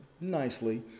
nicely